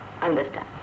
understand